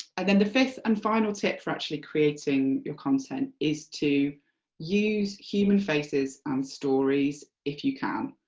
and then the fifth and final tip for actually creating your content is to use human faces and stories if you can.